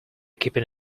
keeping